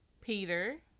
Peter